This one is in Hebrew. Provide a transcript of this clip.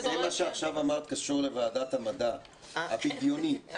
מה שעכשיו אמרת קשור לוועדת המדע, הבדיונית.